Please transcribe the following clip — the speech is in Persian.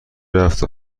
رفت